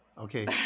Okay